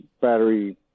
battery